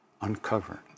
uncovered